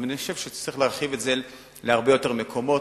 אבל אני חושב שצריך להרחיב את זה להרבה יותר מקומות.